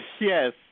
Yes